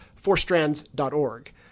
fourstrands.org